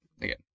Again